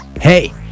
hey